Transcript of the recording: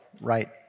right